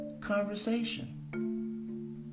conversation